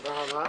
תודה רבה.